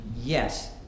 yes